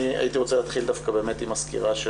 הייתי רוצה להתחיל עם הסקירה.